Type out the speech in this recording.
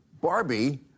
Barbie